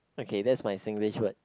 okay that my Singlish word